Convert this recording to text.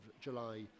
July